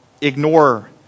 ignore